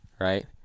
right